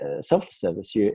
self-service